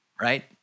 right